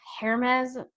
Hermes